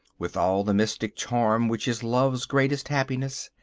with all the mystic charm which is love's greatest happiness.